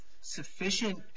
sufficient